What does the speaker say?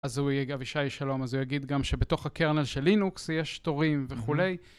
אז הוא יהיה, אבישי שלום, אז הוא יגיד גם שבתוך הקרנל של לינוקס יש תורים וכולי.